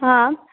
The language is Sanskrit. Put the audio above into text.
आम्